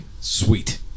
sweet